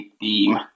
team